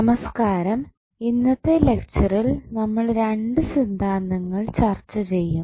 നമസ്കാരം ഇന്നത്തെ ലെക്ച്ചറിൽ നമ്മൾ രണ്ട് സിദ്ധാന്തങ്ങൾ ചർച്ച ചെയ്യും